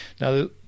Now